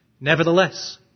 Nevertheless